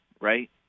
right